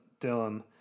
Dylan